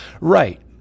right